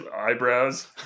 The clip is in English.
eyebrows